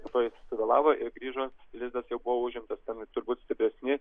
dėl to jis suvėlavo ir grįžo lizdas jau buvo užimtas tenais turbūt stipresni